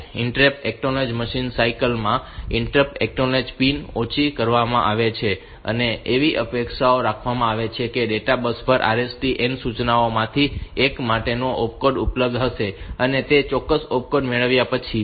આ interrupt acknowledge machine cycle માં interrupt acknowledge pin ઓછી કરવામાં આવે છે અને એવી અપેક્ષા રાખવામાં આવે છે કે ડેટા બસ પર RST n સૂચનાઓમાંથી એક માટેનો ઓપકોડ ઉપલબ્ધ હશે અને તે ચોક્કસ ઓપકોડ મેળવ્યા પછી